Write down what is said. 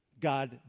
God